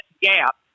Gap